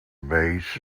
base